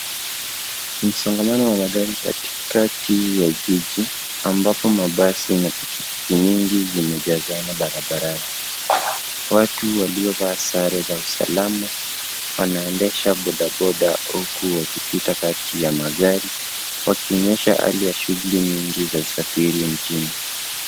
Msongamano wa magari katikati ya jiji ambapo mabasi, na pikipiki nyingi zimejazana barabarani. Watu waliovaa sare za usalama wanaendesha bodaboda huku wakipita kati ya magari wakionyesha hali ya shuguli nyingi za usafiri mjini.